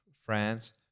France